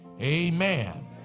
amen